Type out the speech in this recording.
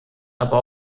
aber